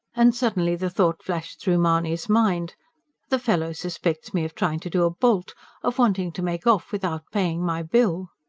and suddenly the thought flashed through mahony's mind the fellow suspects me of trying to do a bolt of wanting to make off without paying my bill!